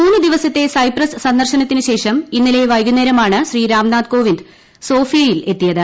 മൂന്ന് ദിവസത്തെ സൈപ്രസ് സന്ദർശ്മത്തിനു ഇന്നലെ വൈകുന്നേരമാണ് ശ്രീ രാ്നാഥ് കോവിന്ദ് സോഫിയയിൽ എത്തിയത്